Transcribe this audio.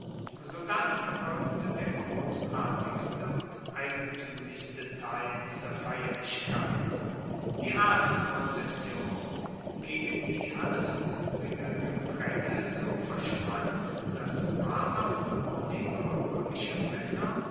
sodann folgte der grossartigste und eigentuemlichste teil dieser feierlichkeit die ahnenprozession gegen die alles uebrige gepraenge so verschwand dass wahrhaft vornehme roemische maenner